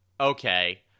okay